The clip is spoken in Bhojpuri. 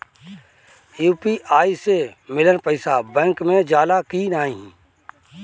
यू.पी.आई से मिलल पईसा बैंक मे जाला की नाहीं?